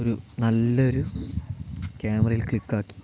ഒരു നല്ലൊരു ക്യാമറയിൽ ക്ലിക്കാക്കി